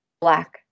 black